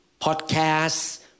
podcasts